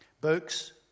books